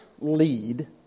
lead